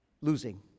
losing